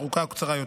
ארוכה או קצרה יותר.